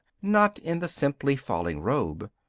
not in the simply falling robe.